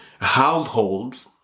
households